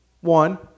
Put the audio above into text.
one